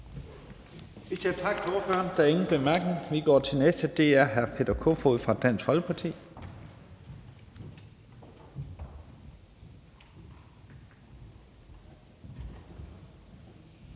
Vi siger tak til ordføreren. Der er ingen korte bemærkninger, og vi går til den næste. Det er hr. Peter Kofod fra Dansk Folkeparti.